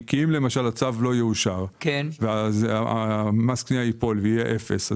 אם הצו לא יאושר כך שמס הקנייה ייפול ויהיה אפס,